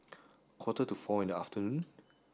quarter to four in the afternoon